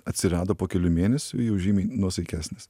atsirado po kelių mėnesių jau žymiai nuosaikesnis